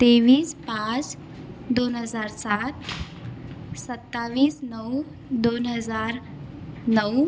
तेवीस पाच दोन हजार सात सत्तावीस नऊ दोन हजार नऊ